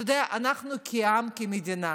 אתה יודע, אנחנו כעם, כמדינה.